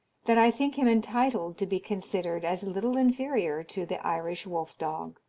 that i think him entitled to be considered as little inferior to the irish wolf-dog.